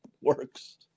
works